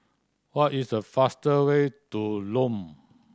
what is the faster way to Lome